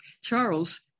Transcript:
Charles